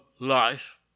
life